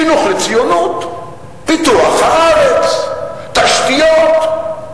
חינוך לציונות, פיתוח הארץ, תשתיות.